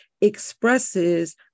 expresses